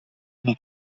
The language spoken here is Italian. non